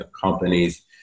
companies